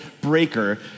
breaker